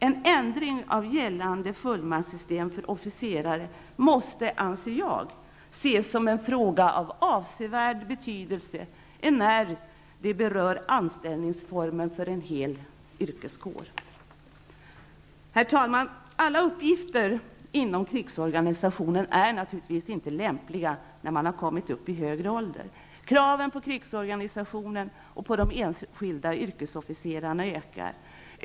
En ändring av gällande fullmaktssystem för officerare måste, anser jag, ses som en fråga av avsevärd betydelse, enär det berör anställningsformen för en hel yrkeskår. Herr talman! Alla uppgifter inom krigsorganisationen är naturligtvis inte lämpliga när man har kommit upp i högre ålder. Kraven på krigsorganisationen och på de enskilda yrkesofficerarna ökar.